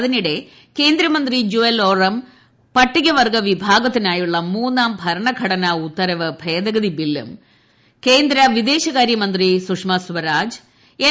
അതിനിടെ കേന്ദ്രമന്ത്രി ജുവൽ ഓറം പട്ടിക വർഗ്ഗവിഭാഗത്തിനായുള്ള മൂന്നാം ഭരണ ഘടനാ ഉത്തരവ് ഭേദഗതി ബില്ലും കേന്ദ്ര വിദേശകാര്യമന്ത്രി സഷമ സ്വരാജ് എൻ